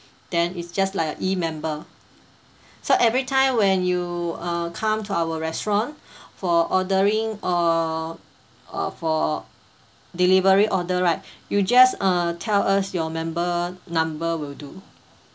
then it's just like a E member so every time when you uh come to our restaurant for ordering or uh for delivery order right you just err tell us your member number will do